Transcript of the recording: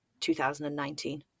2019